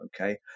okay